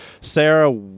Sarah